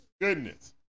Goodness